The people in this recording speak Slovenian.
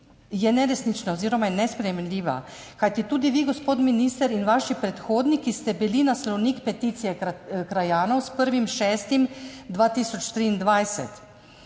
je neresnična oziroma je nesprejemljiva. Kajti tudi vi, gospod minister, in vaši predhodniki ste bili naslovniki peticije krajanov s 1. 6. 2023